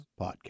podcast